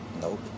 nope